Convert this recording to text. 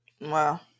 Wow